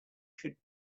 should